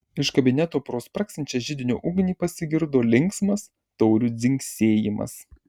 iš kabineto pro spragsinčią židinio ugnį pasigirdo linksmas taurių dzingsėjimas